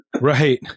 Right